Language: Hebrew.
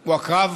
הוא הקרב